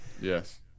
Yes